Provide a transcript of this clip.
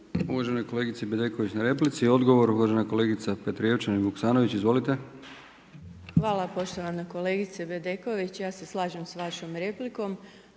Hvala poštovanoj kolegici Bedeković. Ja se slažem s vašom replikom,